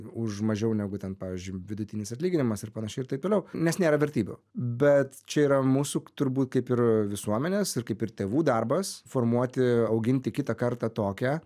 už mažiau negu ten pavyzdžiui vidutinis atlyginimas ir panašiai ir taip toliau nes nėra vertybių bet čia yra mūsų turbūt kaip ir visuomenės ir kaip ir tėvų darbas formuoti auginti kitą kartą tokią